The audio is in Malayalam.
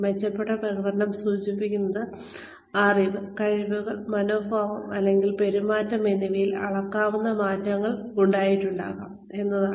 മെച്ചപ്പെട്ട പ്രകടനം സൂചിപ്പിക്കുന്നത് അറിവ് കഴിവുകൾ മനോഭാവം അല്ലെങ്കിൽ പെരുമാറ്റം എന്നിവയിൽ അളക്കാവുന്ന മാറ്റങ്ങൾ ഉണ്ടായിട്ടുണ്ടാകാം എന്നാണ്